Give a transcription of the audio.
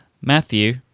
Matthew